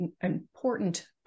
important